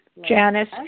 Janice